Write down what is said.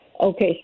Okay